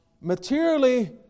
materially